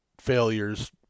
failures